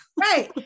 Right